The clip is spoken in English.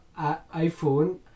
iPhone